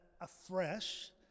afresh